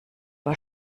war